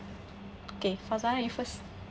okay fauzana you first